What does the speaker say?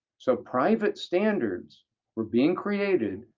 so private standards were being created,